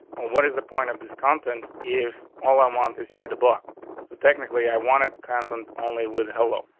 what is the point of this content if all i um want is here the book so technically i wanted content on lee with hello?